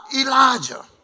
Elijah